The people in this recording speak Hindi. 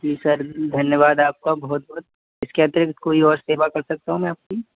जी सर धन्यवाद आपका बहुत बहुत इसके अतिरिक्त कोई और सेवा कर सकता हूँ मैं आपकी